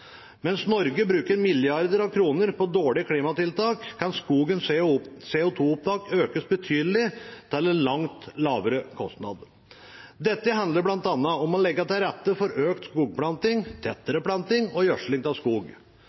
Mens Norge bruker milliarder av kroner på dårlige klimatiltak, kan skogens CO 2 -opptak økes betydelig til en langt lavere kostnad. Dette handler bl.a. om å legge til rette for økt skogplanting, tettere planting og gjødsling av skog.